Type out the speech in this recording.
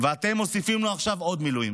ואתם מוסיפים לו עכשיו עוד מילואים.